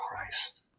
Christ